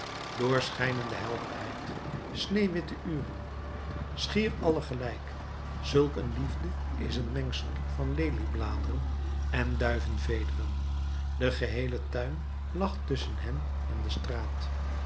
doorschijnende helderheid sneeuwwitte uren schier alle gelijk zulk een liefde is een mengsel van leliebladeren en duivenvederen de geheele tuin lag tusschen hen en de straat